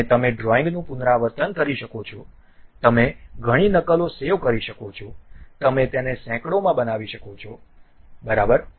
અને તમે ડ્રોઇંગનું પુનરાવર્તન કરી શકો છો તમે ઘણી નકલો સેવ કરી શકો છો તમે તેને સેકંડોમાં બનાવી શકો છો બરાબર